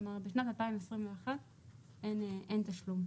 כלומר בשנת 2021 אין תשלום.